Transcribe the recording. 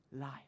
life